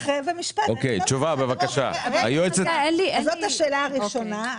זאת השאלה הראשונה.